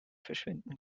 verschwinden